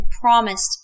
promised